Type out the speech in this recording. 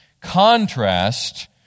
contrast